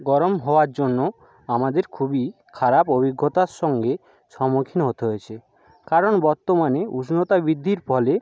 গরম হওয়ার জন্য আমাদের খুবই খারাপ অভিজ্ঞতার সঙ্গে সম্মুখীন হতে হয়েছে কারণ বর্তমানে উষ্ণতা বৃদ্ধির ফলে